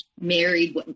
married